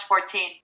14